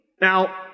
Now